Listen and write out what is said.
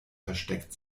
versteckt